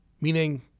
meaning